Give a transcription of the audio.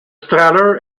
strahler